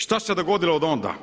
Šta se dogodilo od onda?